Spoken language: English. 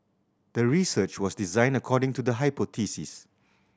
the research was designed according to the hypothesis